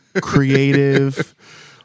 creative